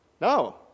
No